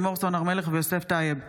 רוט ויוסף עטאונה בנושא: